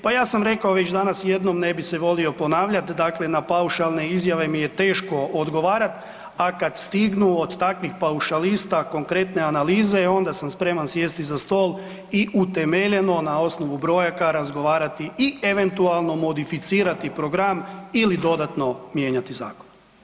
Pa ja sam rekao već danas jednom ne bi se volio ponavljat, dakle na paušalne izjave mi je teško odgovarati, a kada stignu od takvih paušalista konkretne analize onda sam spreman sjesti za stol i utemeljeno na osnovu brojaka razgovarati i eventualno modificirati program ili dodatno mijenjati zakon.